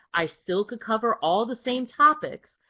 i still could cover all the same topics,